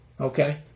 Okay